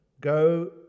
go